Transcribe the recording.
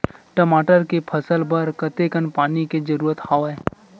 टमाटर के फसल बर कतेकन पानी के जरूरत हवय?